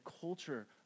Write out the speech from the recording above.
culture